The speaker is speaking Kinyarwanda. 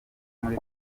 muri